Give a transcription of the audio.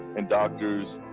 and doctors.